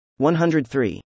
103